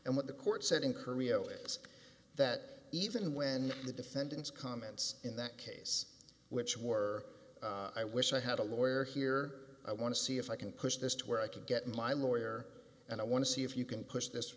and what the court said in korea is that even when the defendant's comments in that case which were i wish i had a lawyer here i want to see if i can push this to where i could get my lawyer and i want to see if you can push this